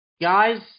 guys